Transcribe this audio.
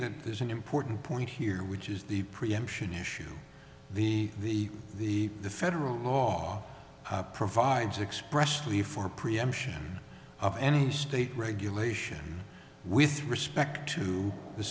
there's an important point here which is the preemption issue the the the the federal law provides expressly for preemption of any state regulation with respect to the